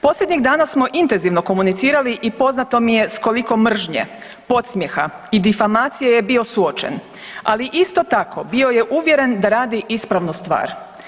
Posljednjih danas smo intenzivno komunicirali i poznato mi je s koliko mrže, podsmjeha i difamacije je bio suočen, ali isto tako bio je uvjeren da radi ispravnu stvar.